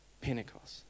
pentecost